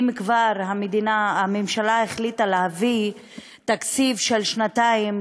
אם כבר הממשלה החליטה להביא תקציב של שנתיים,